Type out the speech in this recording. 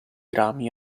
rami